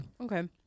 Okay